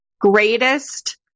greatest